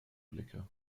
blicke